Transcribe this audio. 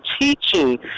teaching